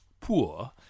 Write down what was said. poor